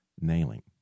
Nailing